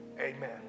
Amen